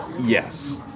yes